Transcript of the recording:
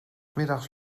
middags